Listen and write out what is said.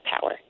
power